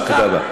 תודה רבה.